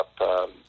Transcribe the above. up